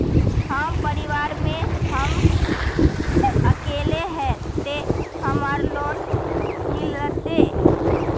हम परिवार में हम अकेले है ते हमरा लोन मिलते?